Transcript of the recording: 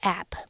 App